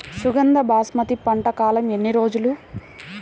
సుగంధ బాస్మతి పంట కాలం ఎన్ని రోజులు?